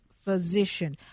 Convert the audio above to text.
physician